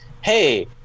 hey